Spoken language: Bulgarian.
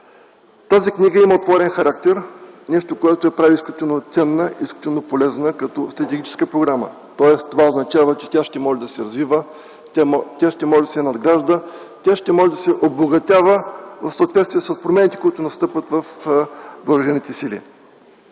Тази книга има отворен характер, което я прави изключително ценна и полезна като стратегическа програма. Това означава, че тя ще може да се развива, надгражда, ще може да се обогатява в съответствие с промените, които настъпват във въоръжените сили.